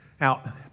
Now